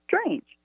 strange